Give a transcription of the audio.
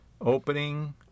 opening